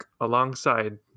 alongside